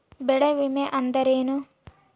ಬೆಳೆ ವಿಮೆ ಅಂದರೇನು?